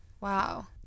Wow